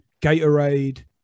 Gatorade